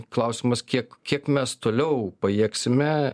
klausimas kiek kiek mes toliau pajėgsime